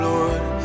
Lord